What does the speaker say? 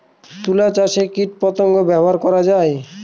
তুলা চাষে কীটপতঙ্গ ব্যবহার করা যাবে?